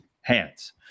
hands